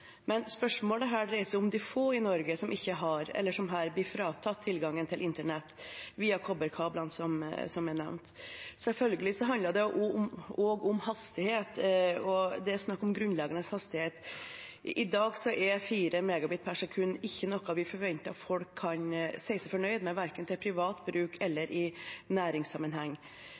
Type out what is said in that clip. Men spørsmålet her dreier seg om de få i Norge som blir fratatt tilgangen til internett via kobberkablene, som er nevnt. Selvfølgelig handler det også om hastighet, og det er snakk om grunnleggende hastighet. I dag er 4 Mbit/s ikke noe vi forventer at folk kan si seg fornøyd med, verken til privat bruk eller i næringssammenheng,